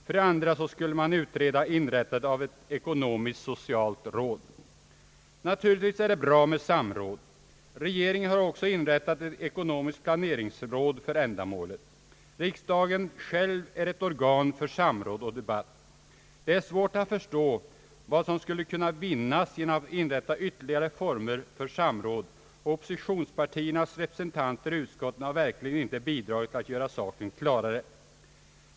För det andra vill man utreda inrättandet av ett ekonomisk-socialt råd. Naturligtvis är det bra med samråd. Regeringen har också inrättat ett ekonomiskt planeringsråd för ändamålet. Riksdagen själv är ett organ för samråd och debatt. Det är svårt att förstå vad man skulle kunna vinna genom att inrätta ytterligare organ för samråd, och oppositionspartiernas representanter i utskottet har verkligen inte bidragit att göra saken klarare.